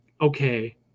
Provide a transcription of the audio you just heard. okay